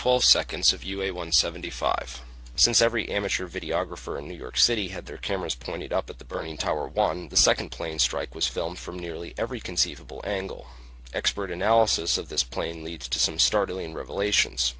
twelve seconds of you a one seventy five since every amateur video for a new york city had their cameras pointed up at the burning tower one the second plane strike was filmed from nearly every conceivable angle expert analysis of this plane leads to some startling revelations